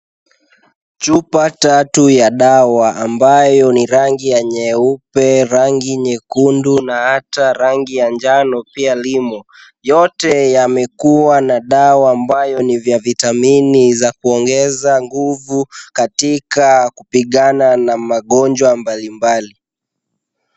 Chupa tatu ya dawa ambayo ni rangi ya nyeupe, rangi nyekundu na hata rangi ya njano pia limo. Yote yamekuwa na dawa ambayo ni vya vitamini za kuongeza nguvu katika kupigana na magonjwa mbalimbali.